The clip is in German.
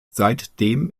seitdem